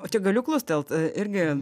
o čia galiu klustelt e irgi